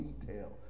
detail